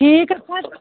ठीक है